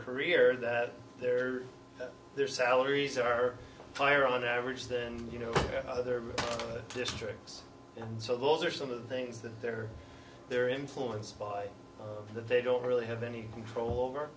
career that their their salaries are higher on average than you know other districts and so those are some of the things that they're they're influenced by that they don't really have any control over